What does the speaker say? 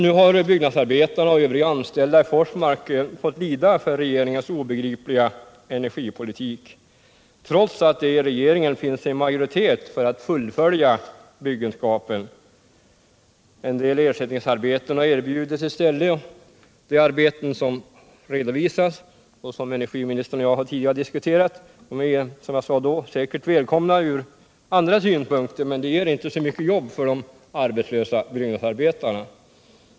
Nu får byggnadsarbetarna och övriga anställda i Forsmark lida för regeringens obegripliga energipolitik, trots att det i regeringen finns en majoritet för att fortsätta byggenskapen. En del ersättningsarbeten har erbjudits i stället. De arbeten som redovisats och som energiministern och jag tidigare har diskuterat är säkert, som jag sade vid det tillfället, välkomna ur andra synpunkter, men de ger inte mycket jobb för de arbetslösa byggnadsarbetarna.